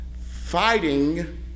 fighting